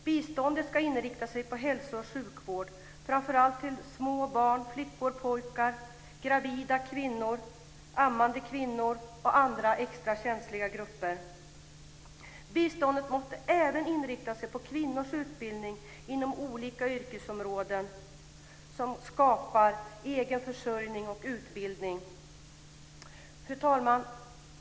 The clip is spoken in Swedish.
Biståndet ska inrikta sig på hälso och sjukvård, framför allt till små barn, flickor, pojkar, gravida kvinnor, ammande kvinnor och andra extra känsliga grupper. Biståndet måste även inrikta sig på kvinnors utbildning inom olika yrkesområden som skapar egen försörjning och utbildning. Fru talman!